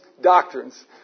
doctrines